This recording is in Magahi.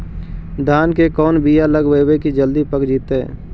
धान के कोन बियाह लगइबै की जल्दी पक जितै?